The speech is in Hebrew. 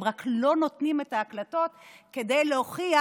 הם רק לא נותנים את ההקלטות כדי להוכיח,